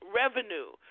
revenue